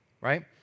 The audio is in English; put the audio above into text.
right